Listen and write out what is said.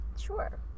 Sure